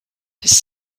his